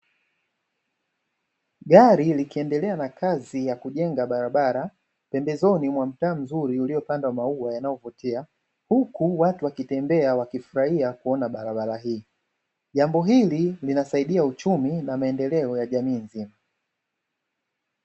Gari likiendelea na kazi ya kujenga barabara pembezoni mwa mtaa mzuri ulipandwa maua mzuri yenye kuvutia, huku watu wakifrahi wakitembea kuona barabara hii, jambo hili linasaaidia uchumi na maendeleo ya jamii.